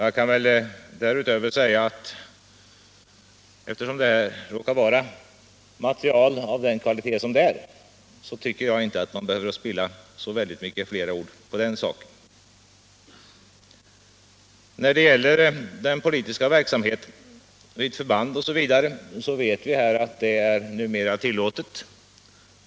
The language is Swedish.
Jag kan väl därutöver säga att eftersom det råkar vara material av den kvalitet som fallet är, tycker jag inte att man behöver spilla fler ord på den saken. När det gäller den politiska verksamheten vid försvaret och liknande vet vi att sådan numera är tillåten.